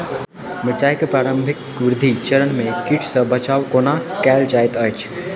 मिर्चाय केँ प्रारंभिक वृद्धि चरण मे कीट सँ बचाब कोना कैल जाइत अछि?